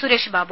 Sureshbabu